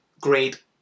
great